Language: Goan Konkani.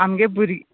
आमगे भुर्